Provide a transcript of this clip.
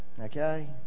Okay